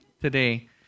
Today